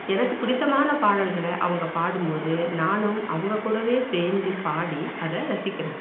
எனக்கு பிடித்தமான பாடல்கள அவங்க பாடும் போது நானும் அவங்க கூடவே சேர்ந்து பாடி அதை ரசிக்கிறேன்